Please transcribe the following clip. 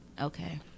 Okay